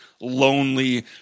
lonely